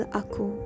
aku